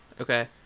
Okay